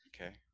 Okay